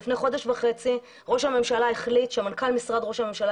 לפני חודש וחצי ראש הממשלה החליט שמנכ"ל משרד ראש הממשלה